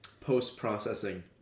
post-processing